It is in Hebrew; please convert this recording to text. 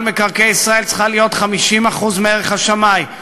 מקרקעי ישראל צריכה להיות 50% מערך השמאי,